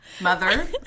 mother